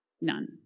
None